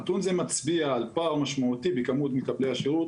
נתון זה מצביע על פער משמעותי בכמות מקבלי השירות